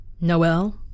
Noel